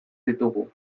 ditugu